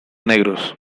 negros